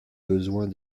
besoins